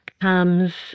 comes